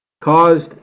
caused